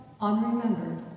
unremembered